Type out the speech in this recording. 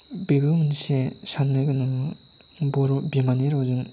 बेबो मोनसे साननो गोनां बर' बिमानि रावजों